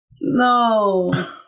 No